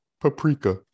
paprika